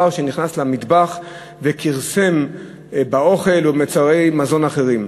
שנכנס למטבח וכרסם באוכל או במוצרי מזון אחרים.